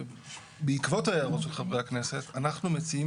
בעקבות ההערות של חברי הכנסת אנחנו מציעים